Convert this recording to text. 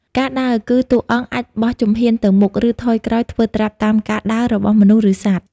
ការដើរគឺ តួអង្គអាចបោះជំហានទៅមុខ ឬថយក្រោយ ធ្វើត្រាប់តាមការដើររបស់មនុស្ស ឬសត្វ។